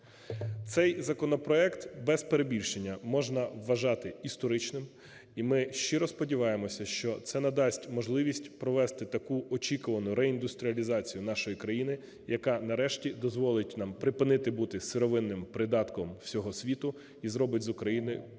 Цей законопроект, без перебільшення, можна вважати історичним. І ми щиро сподіваємося, що це надасть можливість провести таку очікувану реіндустріалізацію нашої країни, яка нарешті дозволить нам припинити бути сировинним придатком всього світу і зробить з України